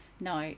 No